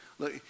Look